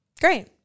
great